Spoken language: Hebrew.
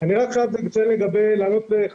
זה לא משהו שנעלם מעינינו,